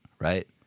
right